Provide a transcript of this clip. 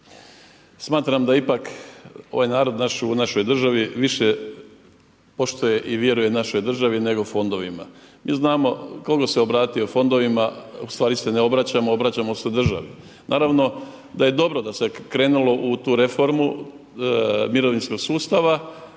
smatram da ipak ovaj narod u našoj državi više poštuje i vjeruje našoj državi nego fondovima. Mi znamo tko god se obratio fondovima, ustvari se ne obraćamo, obraćamo se državi. Naravno da je dobro da se krenulo u tu reformu mirovinskog sustava,